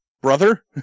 brother